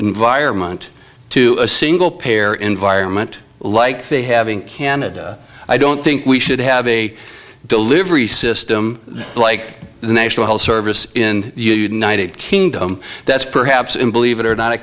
environment to a single payer environment like the having canada i don't think we should have a delivery system like the national health service in the united kingdom that's perhaps and believe it or not i